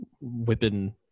whipping